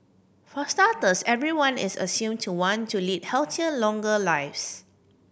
for starters everyone is assumed to want to lead healthier longer lives